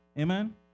Amen